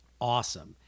awesome